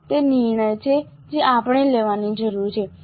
આ તે નિર્ણય છે જે આપણે લેવાની જરૂર છે